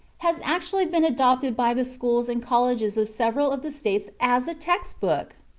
has actually been adopted by the schools and colleges of several of the states as a text-book!